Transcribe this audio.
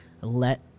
let